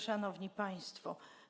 Szanowni Państwo!